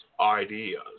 ideas